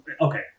Okay